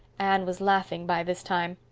anne was laughing by this time.